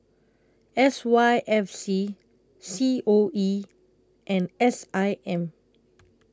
S Y F C C O E and S I M